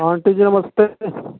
aunty ji नमस्ते